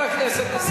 זמנה תם.